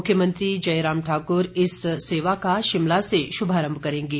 मुख्यमंत्री जयराम ठाकुर इस सेवा का शिमला से शुभारंभ करेंगे